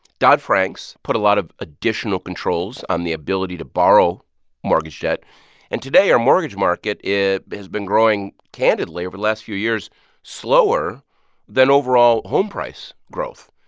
dodd-frank's put a lot of additional controls on the ability to borrow mortgage debt and today, our mortgage market it has been growing candidly over the last few years slower than overall home price growth.